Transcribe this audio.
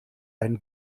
einen